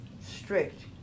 strict